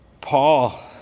Paul